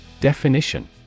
Definition